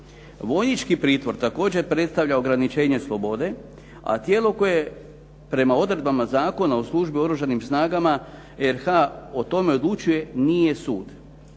Vojnički pritvor također predstavlja ograničenje slobode a tijelo koje prema odredbama zakona o službi u Oružanim snagama RH o tome odlučuje nije sud.